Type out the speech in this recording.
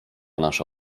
nasza